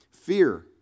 Fear